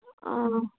ꯑꯥ